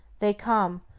they come,